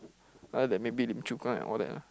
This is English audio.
uh that maybe Lim-Chu-Kang and all that ah